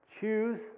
choose